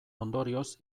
ondorioz